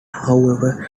however